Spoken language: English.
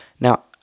Now